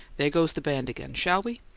there goes the band again. shall we?